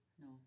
no